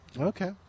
Okay